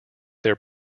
their